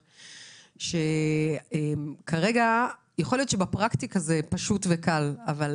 יכול להיות שבפרקטיקה זה פשוט וקל, אבל